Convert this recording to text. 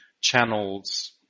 channels